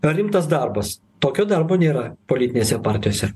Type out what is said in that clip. rimtas darbas tokio darbo nėra politinėse partijose